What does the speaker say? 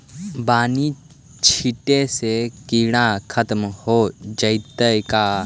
बानि छिटे से किड़ा खत्म हो जितै का?